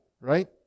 right